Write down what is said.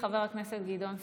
חבר הכנסת גדעון סער,